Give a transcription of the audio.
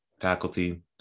faculty